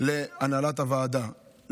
להנהלת הוועדה,